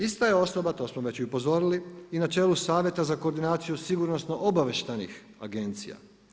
Ista je osoba, to smo već i upozorili i na čelu savjeta za koordinaciju sigurnosno obavještajnih agencija.